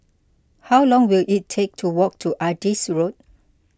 how long will it take to walk to Adis Road